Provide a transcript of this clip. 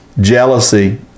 jealousy